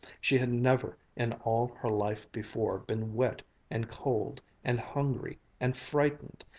she had never, in all her life before, been wet and cold and hungry and frightened,